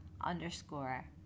underscore